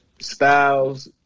Styles